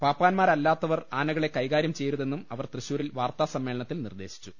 പാപ്പാന്മാരല്ലാത്തവർ ആനകളെ കൈകാര്യം ചെയ്യരുതെന്നും അവർ തൃശൂരിൽ വാർത്താസമ്മേളനത്തിൽ പറഞ്ഞു